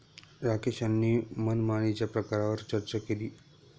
राकेश यांनी मनमानीच्या प्रकारांवर चर्चा केली